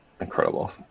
Incredible